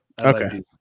okay